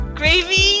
gravy